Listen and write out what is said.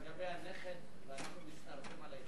לגבי הנכד אנחנו מצטרפים לאיחולים.